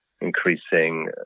increasing